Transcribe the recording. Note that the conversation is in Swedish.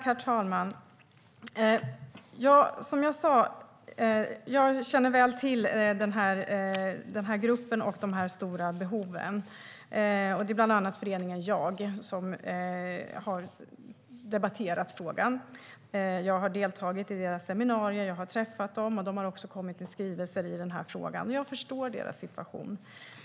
Herr talman! Jag känner till gruppen och de stora behoven mycket väl. Det är bland annat föreningen JAG som har debatterat frågan. Jag har deltagit i seminarier och träffat dem, och de har också kommit med skrivelser i den här frågan, och jag förstår deras situation.